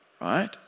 right